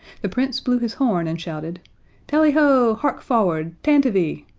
the prince blew his horn and shouted tally ho! hark forward! tantivy!